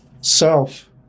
self